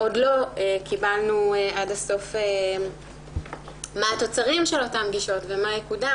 עוד לא קיבלנו עד הסוף מה התוצרים של אותן פגישות ומה יקודם.